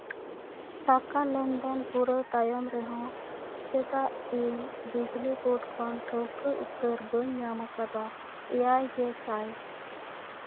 ᱴᱟᱠᱟ ᱞᱮᱱᱫᱮᱱ ᱯᱩᱨᱟᱹᱣ ᱛᱟᱭᱚᱢ ᱨᱮᱦᱚᱸ ᱪᱮᱫᱟᱜ ᱤᱧ ᱵᱤᱡᱽᱞᱤ ᱵᱳᱨᱰ ᱠᱷᱚᱱ ᱴᱷᱟᱹᱣᱠᱟᱹ ᱩᱛᱟᱹᱨ ᱵᱟᱹᱧ ᱧᱟᱢ ᱠᱟᱫᱟ ᱮᱭᱟᱭ ᱜᱮᱥᱟᱭ